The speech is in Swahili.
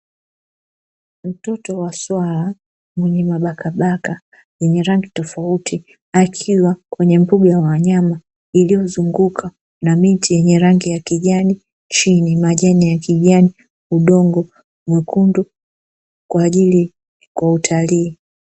Mtoto wa swala mwenye mabakabaka yenye rangi tofauti akiwa kwenye mboga ya wanyama iliyozunguka na miti yenye rangi ya kijani, chini majani ya kijani, udongo mwekundu kwa ajili ya utalii.